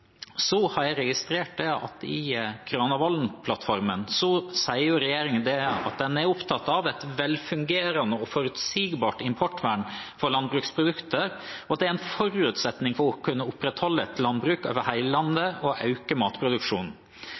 har registrert at i Granavolden-plattformen skriver regjeringen at den er opptatt av «et velfungerende og forutsigbart importvern for landbruksprodukter», og at det er «en forutsetning for å kunne opprettholde et landbruk over hele landet og øke matproduksjonen».